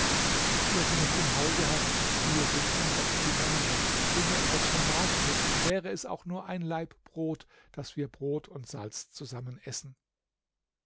wenn du nichts im hause hast hier sind hundert dinare bringe etwas vom markte wäre es auch nur ein laib brot daß wir brot und salz zusammen essen